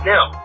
Now